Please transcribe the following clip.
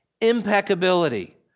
impeccability